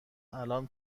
الان